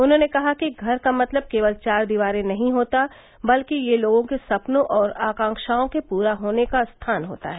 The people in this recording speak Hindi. उन्होंने कहा कि घर का मतलब केवल चार दीवारें ही नहीं होता बल्कि यह लोगों के सपनों और आकांक्षाओं के पूरा होने का स्थान होता है